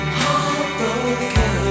heartbroken